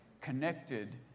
connected